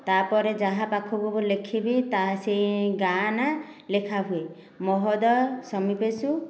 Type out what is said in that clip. ତା'ପରେ ଯାହା ପାଖୁକୁ ଲେଖିବି ତା ସେହି ଗାଁ ନାଁ ଲେଖାହୁଏ ମହୋଦୟ ସମୀପେଷୁ